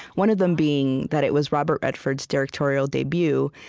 one of them being that it was robert redford's directorial debut.